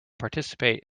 participate